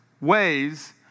ways